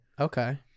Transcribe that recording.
Okay